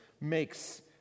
makes